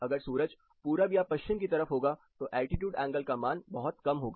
अगर सूरज पूरब या पश्चिम की तरफ होगा तो एल्टीट्यूड एंगल का मान बहुत कम होगा